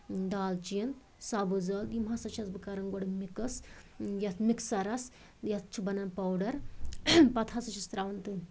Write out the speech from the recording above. دالچیٖن سبٕز عٲل یِم ہسا چھَس بہٕ کَران گۄڈٕ مِکٕس یَتھ مِکسَرَس یَتھ چھِ بنان پَوڈَر پتہٕ ہسا چھِس تراوان تٔتھۍ